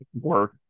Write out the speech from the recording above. Work